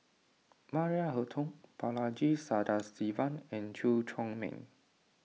Maria Hertogh Balaji Sadasivan and Chew Chor Meng